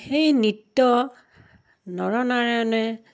সেই নৃত্য নৰনাৰায়ণে